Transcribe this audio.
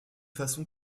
façon